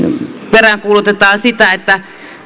peräänkuulutetaan sitä että